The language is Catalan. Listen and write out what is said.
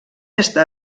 està